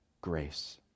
grace